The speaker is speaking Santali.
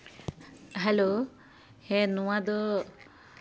ᱦᱮᱞᱳ ᱦᱮᱸ ᱱᱚᱣᱟᱫᱚ